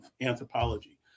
anthropology